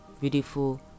beautiful